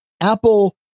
Apple